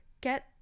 get